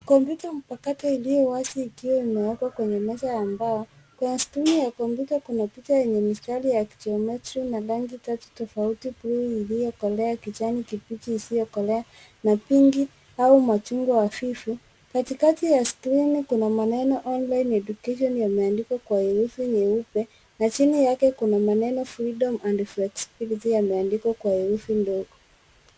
Kompyuta mpakato iliyo wazi ikiwa imewekwa kwenye meza ya mbao. Kwenye skrini ya kompyuta kuna picha yenye mistari ya kijometri na rangi tatu tofauti: buluu iliyokolea, kijani kibichi isiyokolea na pinki au machungwa hafifu. Katikati ya skrini kuna maneno Online Education yameandikwa kwa herfi nyeupe na chini yake kuna maneno Freedom and Flexibility yameandikwa kwa herufi ndogo.